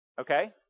Okay